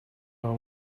our